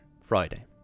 Friday